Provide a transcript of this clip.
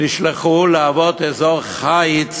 נשלחו להוות אזור חיץ